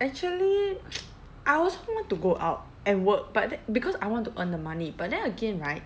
actually I also want to go out and work but then because I want to earn the money but then again right